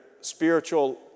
spiritual